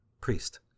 priest